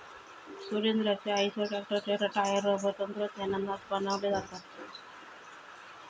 सुरेंद्राचे आईसर ट्रॅक्टरचे tyre rubber तंत्रज्ञानातनाच बनवले हत